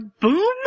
boom